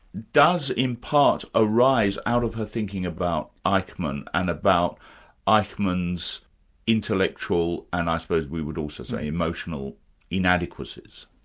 does in part, arise out of her thinking about eichmann, and about eichmann's intellectual, and i suppose we would also say emotional inadequacies.